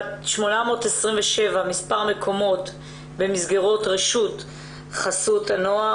827 מקומות יש במסגרות רשות חסות הנוער,